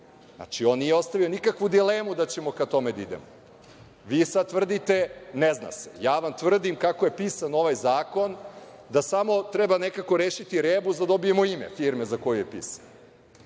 Znači, on nije ostavio nikakvu dilemu da ćemo ka tome da idemo. Vi sada tvrdite, ne zna se. Ja vam tvrdim kako je pisan ovaj zakon da samo treba nekako rešiti rebus da dobijemo ime firme za koju je pisan.